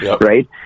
right